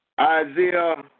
Isaiah